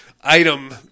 item